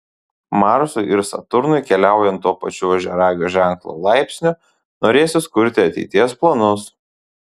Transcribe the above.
marsui ir saturnui keliaujant tuo pačiu ožiaragio ženklo laipsniu norėsis kurti ateities planus